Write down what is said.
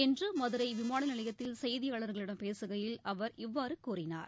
இன்று மதுரை விமான நிலையத்தில் செய்தியாளர்களிடம் பேசுகையில் அவர் இவ்வாறு கூறினார்